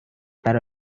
برای